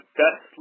best